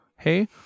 Hey